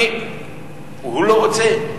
הוא לא רוצה.